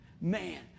Man